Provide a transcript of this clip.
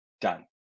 done